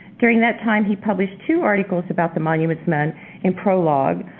during that time he published two articles about the monuments men in prologue,